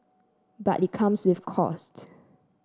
but it comes with costs